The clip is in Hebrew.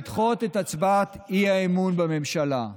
לדחות את הצעת האי-אמון בממשלה.